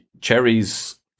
Cherries